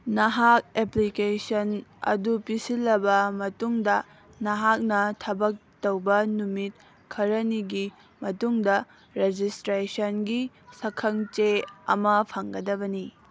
ꯅꯍꯥꯛ ꯑꯦꯄ꯭ꯂꯤꯀꯦꯁꯟ ꯑꯗꯨ ꯄꯤꯁꯤꯜꯂꯕ ꯃꯇꯨꯡꯗ ꯅꯍꯥꯛꯅ ꯊꯕꯛ ꯇꯧꯕ ꯅꯨꯃꯤꯠ ꯈꯔꯅꯤꯒꯤ ꯃꯇꯨꯡꯗ ꯔꯦꯖꯤꯁꯇ꯭ꯔꯦꯁꯟꯒꯤ ꯁꯛꯈꯪ ꯆꯦ ꯑꯃ ꯐꯪꯒꯗꯕꯅꯤ